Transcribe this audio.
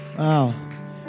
Wow